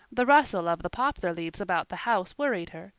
the rustle of the poplar leaves about the house worried her,